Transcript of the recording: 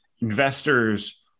investors